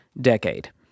decade